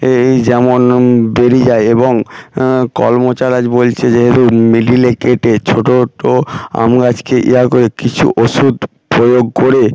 এই যেমন বেড়ে যায় এবং কলম চারা গাছ বলছে যেহেতু মিডিলে কেটে ছোটো ছোটো আম গাছকে ইয়া করে কিছু ওষুধ প্রয়োগ করে